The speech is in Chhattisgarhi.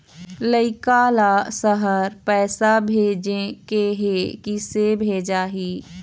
लइका ला शहर पैसा भेजें के हे, किसे भेजाही